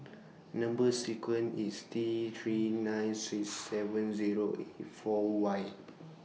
Number sequence IS T three nine six seven Zero eight four Y